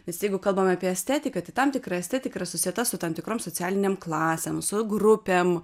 nes jeigu kalbam apie estetiką tai kitam tikra estetika yra susieta su tam tikrom socialinėm klasėm su grupėm